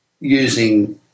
using